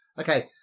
Okay